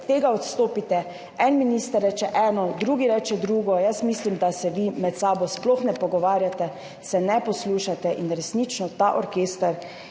od tega odstopite, en minister reče eno, drugi reče drugo. Jaz mislim, da se vi med sabo sploh ne pogovarjate, se ne poslušate in resnično je ta orkester